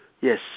Yes